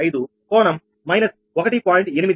98305 కోణం మైనస్ 1